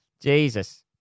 Jesus